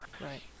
right